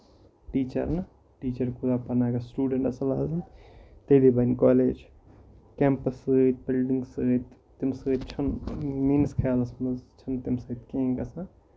teacher نہٕ teacher اَگر student اَصٕل آسان تیٚلہِ بَنہِ کالج کیمپَس سۭتۍ بِلڈنگ سۭتۍ تَمہِ سۭتۍ چھُ نہٕ میٲنِس خیالَس منٛز چھُنہٕ تَمہِ سۭتۍ کِہینۍ گژھان